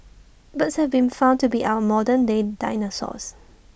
birds have been found to be our modern day dinosaurs